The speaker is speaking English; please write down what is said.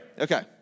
Okay